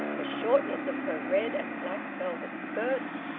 the shortness of her red-and-black velvet skirts,